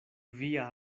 via